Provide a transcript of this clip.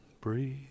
Breathe